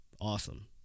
Awesome